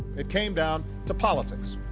it came down to politics